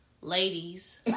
ladies